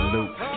Luke